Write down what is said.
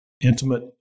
intimate